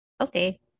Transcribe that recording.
okay